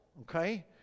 okay